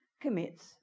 commits